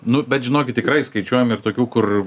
nu bet žinokit tikrai skaičiuojam ir tokių kur